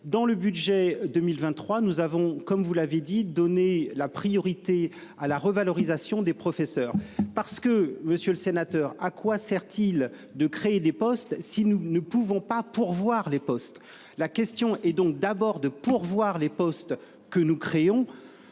dans le budget 2023, nous avons, comme vous l'avez dit, donner la priorité à la revalorisation des professeurs parce que monsieur le sénateur, à quoi sert-il de créer des postes, si nous ne pouvons pas pourvoir les postes. La question est donc d'abord de pourvoir les postes que nous créons